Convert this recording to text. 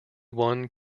one